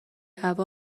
هوا